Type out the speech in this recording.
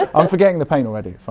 and i'm forgetting the pain already,